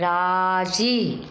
राज़ी